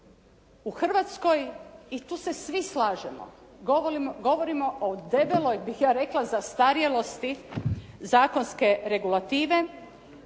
U Hrvatskoj i tu se svi slažemo govorimo o debeloj bih ja rekla zastarjelosti zakonske regulative,